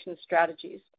strategies